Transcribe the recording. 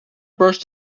brushed